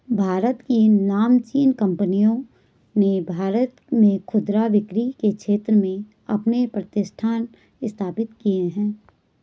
भारत की नामचीन कंपनियों ने भारत में खुदरा बिक्री के क्षेत्र में अपने प्रतिष्ठान स्थापित किए हैं